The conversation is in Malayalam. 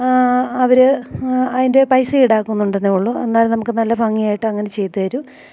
അവര് അതിൻ്റെ പൈസ ഈടാക്കുന്നുണ്ടെന്നേയുള്ളു എന്നാലും നമുക്ക് നല്ല ഭംഗിയായിട്ട് അങ്ങനെ ചെയ്ത് തരും